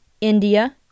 India